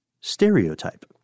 stereotype